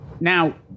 Now